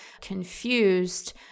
confused